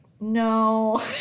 no